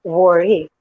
worry